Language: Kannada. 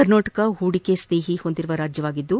ಕರ್ನಾಟಕ ಹೂಡಿಕೆ ಸ್ನೇಹಿ ಹೊಂದಿರುವ ರಾಜ್ಞವಾಗಿದ್ದು